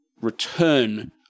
return